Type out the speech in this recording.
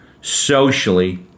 socially